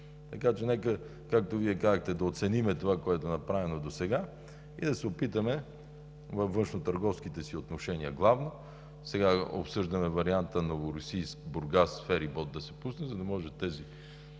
Така че нека, както Вие казахте, да оценим това, което е направено досега, и да се опитаме във външнотърговските си отношения главно – сега обсъждаме варианта Новоросийск – Бургас, ферибот да се пусне, за да може